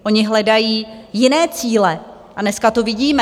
Oni hledají jiné cíle a dneska to vidíme.